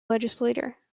legislature